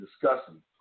discussing